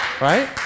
right